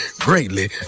greatly